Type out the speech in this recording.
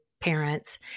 parents